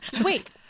wait